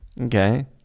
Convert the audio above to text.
Okay